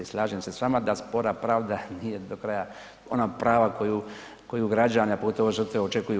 Slažem se s vama da spora pravda nije do kraja ona prava koju građani, a pogotovo žrtve očekuju.